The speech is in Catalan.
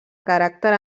caràcter